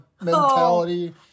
mentality